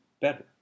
better